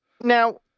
Now